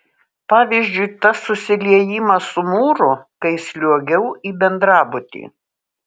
pavyzdžiui tas susiliejimas su mūru kai sliuogiau į bendrabutį